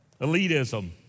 Elitism